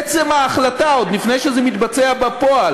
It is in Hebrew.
עצם ההחלטה, עוד לפני שזה מתבצע בפועל,